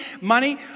money